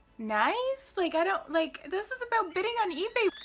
nice? like i don't, like this is about bidding on ebay